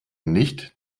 nicht